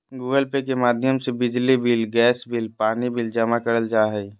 Google pay के माध्यम से बिजली बिल, गैस बिल, पानी बिल जमा करल जा हय